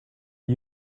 are